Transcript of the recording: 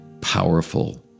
powerful